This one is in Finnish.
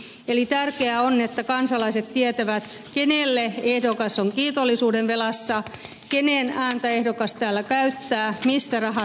eli tärkeää on että kansalaiset tietävät kenelle ehdokas on kiitollisuudenvelassa kenen ääntä ehdokas täällä käyttää mistä rahat tulevat